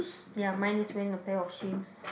ya mine is wearing a pair of shoes